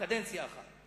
קדנציה אחת.